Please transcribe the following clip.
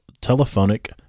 telephonic